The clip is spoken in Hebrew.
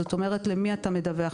כלומר למי אתה מדווח,